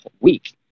week